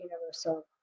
universal